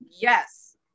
yes